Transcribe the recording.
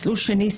מסלול שני,